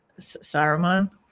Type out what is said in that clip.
Saruman